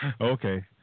Okay